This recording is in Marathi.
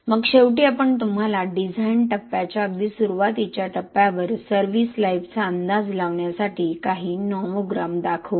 मग शेवटी आपण तुम्हाला डिझाइन टप्प्याच्या अगदी सुरुवातीच्या टप्प्यावर सव्हिस लाईफचा अंदाज लावण्यासाठी काही नॉमोग्राम दाखवू